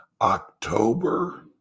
October